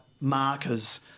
markers